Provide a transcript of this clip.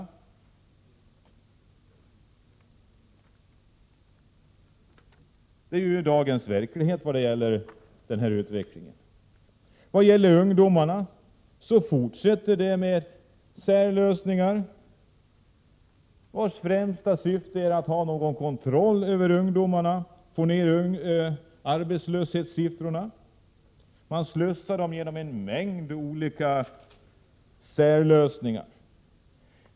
Detta är ju dagens verklighet när det gäller denna utveckling. När det gäller ungdomarna fortsätter man med särlösningar, vilkas främsta syfte är att så att säga ha kontroll över ungdomarna genom att försöka få ned arbetslöshetssiffrorna. Man slussar dem genom en mängd olika särlösningar.